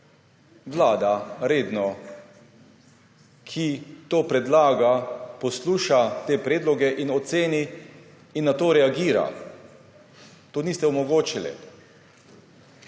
vlada, ki to predlaga, posluša te predloge in oceni in na to reagira. Tega niste omogočili.